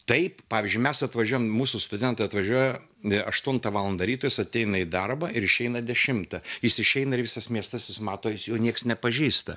taip pavyzdžiui mes atvažiuojam mūsų studentai atvažiuoja aštuntą valandą ryto jis ateina į darbą ir išeina dešimtą jis išeina ir visas miestas jis mato jis jo niekas nepažįsta